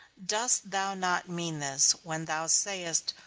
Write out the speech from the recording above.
dost thou not mean this when thou sayest,